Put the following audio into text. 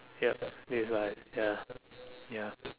yup it's like ya ya